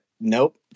nope